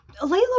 Layla